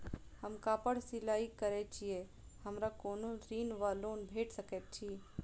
हम कापड़ सिलाई करै छीयै हमरा कोनो ऋण वा लोन भेट सकैत अछि?